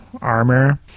armor